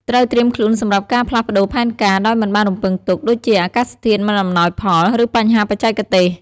ត្រូវត្រៀមខ្លួនសម្រាប់ការផ្លាស់ប្តូរផែនការដោយមិនបានរំពឹងទុក ដូចជាអាកាសធាតុមិនអំណោយផល ឬបញ្ហាបច្ចេកទេស។